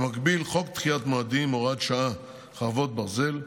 במקביל, חוק דחיית מועדים (הוראת שעה, חרבות ברזל)